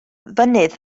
fynydd